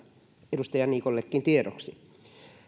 edustaja niikollekin tiedoksi